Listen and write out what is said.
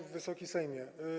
Wysoki Sejmie!